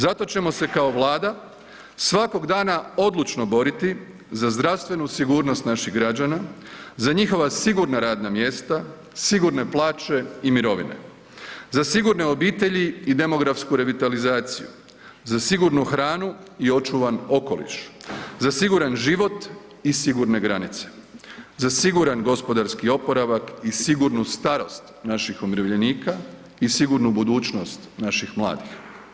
Zato ćemo se kao Vlada svakog dana odlučno boriti za zdravstvenu sigurnost naših građana, za njihova sigurna radna mjesta, sigurne plaće i mirovne, za sigurne obitelji i demografsku revitalizaciju, za sigurnu hranu i očuvan okoliš, za siguran život i sigurne granice, za siguran gospodarski oporavak i sigurnu starost naših umirovljenika i sigurnu budućnost naših mladih.